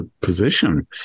position